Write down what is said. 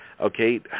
okay